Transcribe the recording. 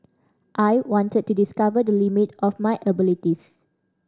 I wanted to discover the limit of my abilities